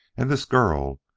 and this girl,